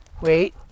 wait